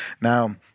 now